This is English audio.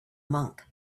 monk